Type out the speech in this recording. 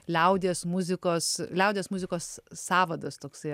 liaudies muzikos liaudies muzikos sąvadas toksai